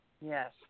Yes